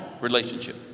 relationship